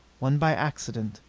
one by accident,